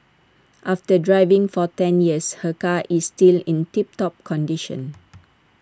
after driving for ten years her car is still in tip top condition